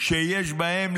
שיש בהם,